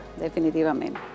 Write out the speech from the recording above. Definitivamente